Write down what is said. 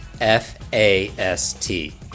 F-A-S-T